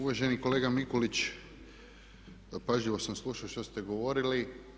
Uvaženi kolega Mikulić, pažljivo sam slušao što ste govorili.